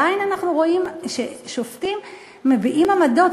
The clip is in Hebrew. עדיין אנחנו רואים כששופטים מביעים עמדות,